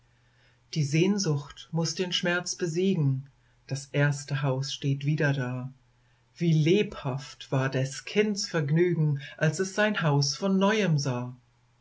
die sehnsucht muß den schmerz besiegen das erste haus steht wieder da wie lebhaft war des kinds vergnügen als es sein haus von neuem sah